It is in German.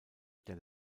der